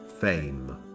fame